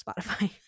Spotify